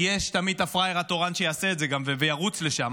כי יש תמיד את הפראייר התורן שיעשה את זה וירוץ לשם.